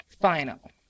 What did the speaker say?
final